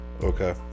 okay